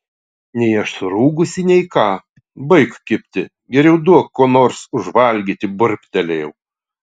nei aš surūgusi nei ką baik kibti geriau duok ko nors užvalgyti burbtelėjau